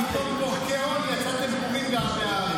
במקום פורקי עול יצאתם בורים ועמי הארץ.